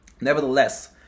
Nevertheless